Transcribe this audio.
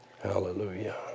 Hallelujah